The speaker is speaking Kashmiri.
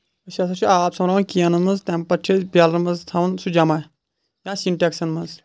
أسۍ ہَسا چھِ آب ژھاران وۄنۍ کینَن منٛز تَمہِ پَتہٕ چھِ أسۍ بیلرَن منٛز تھاوَان سُہ جمع یا سِنٹیکسَن منٛز